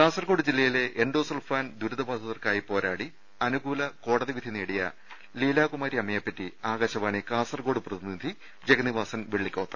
കാസർകോഡ് ജില്ലയിലെ എന്റോസൾഫാൻ ദുരിത ബാധിതർക്കായി പോരാടി അനുകൂല കോടതിവിധി നേടിയ ലീലാകുമാരിഅമ്മയെ പറ്റി ആകാശവാണി കാസർകോഡ് പ്രതിനിധി ജഗന്നിവാസൻ വെള്ളിക്കോത്ത്